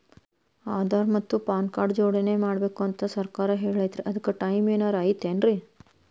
ಆಧಾರ ಮತ್ತ PAN card ನ ಜೋಡಣೆ ಮಾಡ್ಬೇಕು ಅಂತಾ ಸರ್ಕಾರ ಹೇಳೈತ್ರಿ ಅದ್ಕ ಟೈಮ್ ಏನಾರ ಐತೇನ್ರೇ?